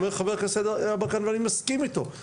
חבר הכנסת יברקן אני מסכים אתו,